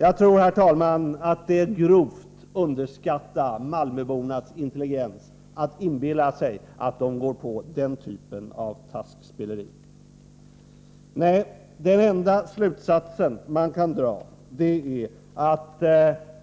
Jag tror, herr talman, att det är att grovt underskatta malmöbornas intelligens att inbilla sig att de går på den typen av taskspeleri. Nej, den enda slutsats man kan dra är att